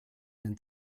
den